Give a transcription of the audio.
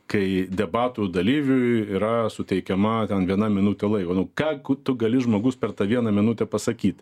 kai debatų dalyviui yra suteikiama ten viena minutė laiko nu ką tu gali žmogus per tą vieną minutę pasakyt